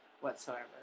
whatsoever